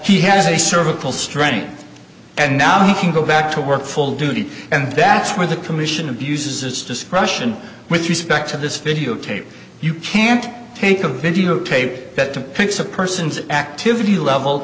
he has a cervical strength and now he can go back to work full duty and that's where the commission abuses its discretion with respect to this videotape you can't take a videotape that took pics of persons activity level